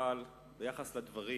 אבל ביחס לדברים